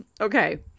Okay